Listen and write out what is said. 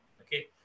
Okay